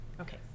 Okay